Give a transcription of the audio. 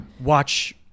watch